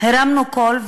הרמנו קול,